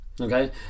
okay